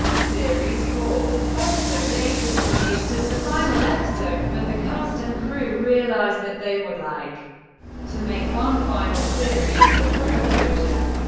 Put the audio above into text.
series four, episode eight was produced as the final episode but the cast and crew realised that they would like to make one final series for proper closure.